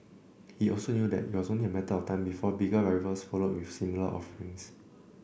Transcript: he also knew that it was only a matter of time before bigger rivals followed with similar offerings